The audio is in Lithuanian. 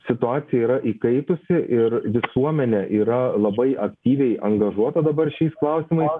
situacija yra įkaitusi ir visuomenė yra labai aktyviai angažuota dabar šiais klausimais